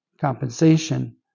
compensation